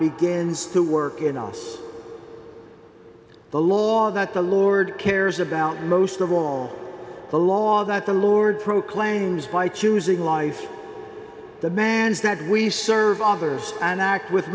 begins to work in us the law that the lord cares about most of all the law that the lord proclaims by choosing life demands that we serve others and act with